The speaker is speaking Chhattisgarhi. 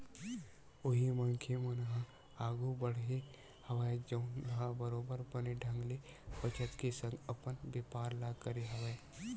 उही मनखे मन ह आघु बड़हे हवय जउन ह बरोबर बने ढंग ले बचत के संग अपन बेपार ल करे हवय